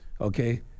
okay